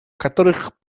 которых